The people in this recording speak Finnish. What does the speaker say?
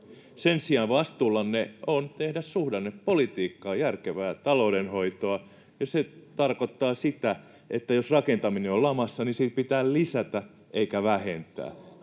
Sen sijaan vastuullanne on tehdä suhdannepolitiikkaa, järkevää taloudenhoitoa, ja se tarkoittaa sitä, että jos rakentaminen on lamassa, niin sitä pitää lisätä eikä vähentää.